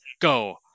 Go